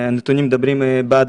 הנתונים מדברים בעד